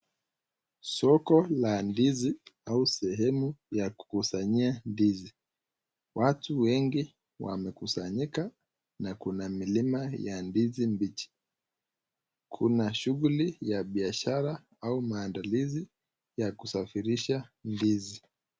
Soko la ndizi au sehemu ya kukusanyia ndizi, watu wengi wamekusanyika na kuna milima ya ndizi mbichi, kuna shughuli ya biashara au maandalizi ya kusafirisha ndizi.